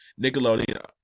Nickelodeon